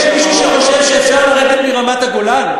יש מישהו שחושב שאפשר לרדת מרמת-הגולן?